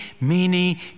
mini